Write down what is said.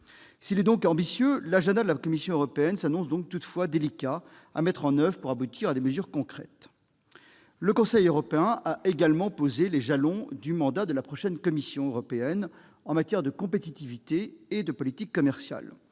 S'il est donc ambitieux, l'agenda de la Commission européenne s'annonce toutefois délicat à mettre en oeuvre pour aboutir à des mesures concrètes. Par ailleurs, le Conseil européen a posé les jalons du mandat de la prochaine Commission européenne en matière de compétitivité et de politique commerciale.